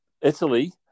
Italy